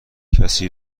کسی